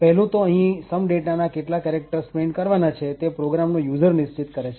પહેલું તો અહીં some data ના કેટલા કેરેક્ટર્સ પ્રિન્ટ કરવાના છે તે પ્રોગ્રામ નો યુઝર નિશ્ચિત કરી શકે છે